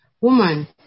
Woman